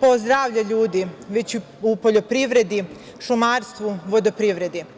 po zdravlje ljudi, već i u poljoprivredi, šumarstvu, vodoprivredi.